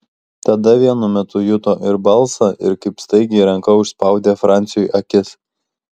tada vienu metu juto ir balsą ir kaip staigiai ranka užspaudė franciui akis